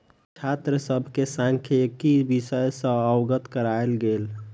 छात्र सभ के सांख्यिकी विषय सॅ अवगत करायल गेल